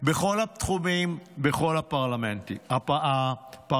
בכל התחומים, בכל הפרמטרים.